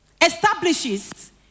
establishes